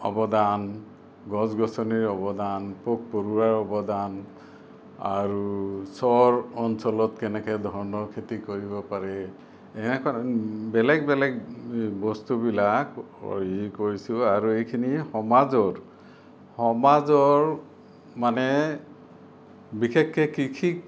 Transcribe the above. অৱদান গছ গছনিৰ অৱদান পোক পৰুৱাৰ অৱদান আৰু চৰ অঞ্চলত কেনেকে ধৰণৰ খেতি কৰিব পাৰে এনেকুৱা বেলেগ বেলেগ বস্তুবিলাক কৰি গৈছোঁ আৰু এইখিনি সমাজৰ সমাজৰ মানে বিশেষকে কৃষিক